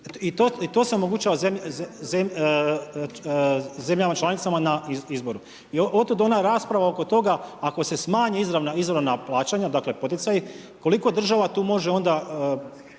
I to se omogućava zemljama članicama na izbor. I otud ona rasprava oko toga, ako se smanje izravna plaćanja, dakle poticaji, koliko država tu može onda,